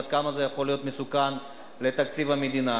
עד כמה זה יכול להיות מסוכן לתקציב המדינה.